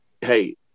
Hey